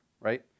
Right